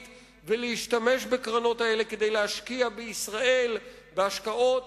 ולהשתמש בקרנות האלה כדי להשקיע בישראל בהשקעות